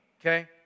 okay